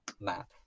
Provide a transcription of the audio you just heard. map